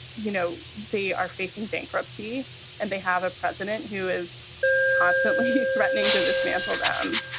you know, they are facing bankruptcy and they have a president who is constantly threatening to dismantle them.